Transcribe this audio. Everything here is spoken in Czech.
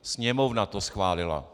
Sněmovna to schválila.